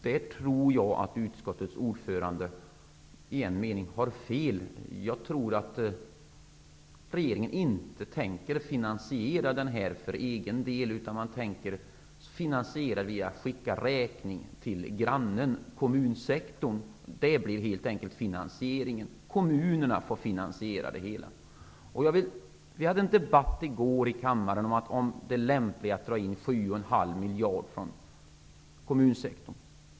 Där tror jag att utskottets ordförande i en mening har fel. Jag tror att regeringen inte för egen del tänker finansiera detta, utan jag tror att man tänker finansiera det genom att skicka räkningen till grannen, kommunsektorn. Det blir helt enkelt finansieringen. Kommunerna får finansiera det hela. Vi hade i går en debatt i kammaren om det lämpliga i att dra in 7,5 miljarder från kommunsektorn.